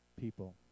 people